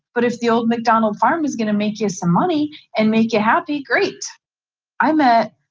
but if the old macdonald farm is gonna make you some money and make you happy, great i met.